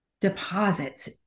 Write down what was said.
deposits